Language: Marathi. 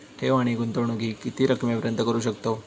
ठेव आणि गुंतवणूकी किती रकमेपर्यंत करू शकतव?